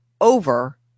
over